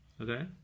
Okay